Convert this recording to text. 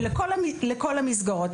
לכל המסגרות.